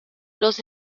los